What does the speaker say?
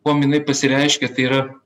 kuom jinai pasireiškia tai yra